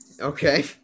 Okay